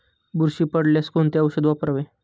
बुरशी पडल्यास कोणते औषध वापरावे?